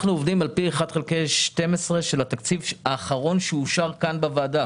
עובדים על פי 1 חלקי 12 של התקציב האחרון שאושר כאן בוועדה.